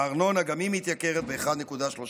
הארנונה, גם היא מתייקרת ב-1.37%.